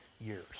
years